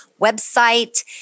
website